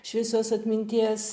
šviesios atminties